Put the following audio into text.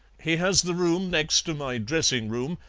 he has the room next to my dressing-room,